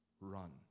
Run